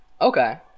Okay